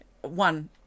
One